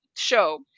show